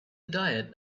diet